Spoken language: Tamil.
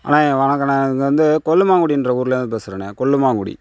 அண்ணா வணக்கோண்ணா இது வந்து கொல்லுமாங்குடி என்ற ஊரில் இருந்து பேசுறேண்ணா கொல்லுமாங்குடி